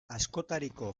askotariko